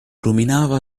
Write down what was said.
ruminava